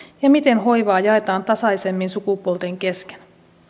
ja miten hoivaa jaetaan tasaisemmin sukupuolten kesken